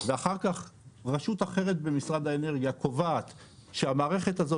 ואחר כך רשות אחרת במשרד האנרגיה קובעת שהמערכת הזו